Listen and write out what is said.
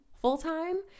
full-time